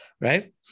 Right